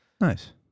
Nice